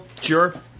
sure